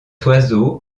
oiseau